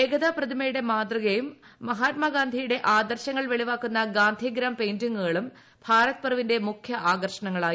ഏകതാ പ്രതിമയുടെ മാതൃകയും മഹാത്മാഗാന്ധിയുടെ ആദർശങ്ങൾ വെളിവാക്കുന്ന ഗാന്ധിഗ്രാം പെയിന്റിങ്ങുകളും ഭാരത് പർവ്വിന്റെ മുഖ്യ ആകർഷണങ്ങളായി